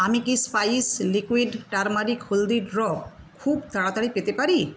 আমি কি spice liquid turmeric haldi drop খুব তাড়াতাড়ি পেতে পারি